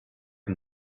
and